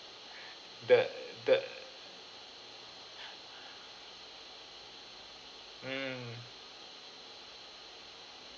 the the mm